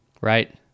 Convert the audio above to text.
Right